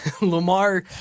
Lamar